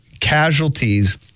casualties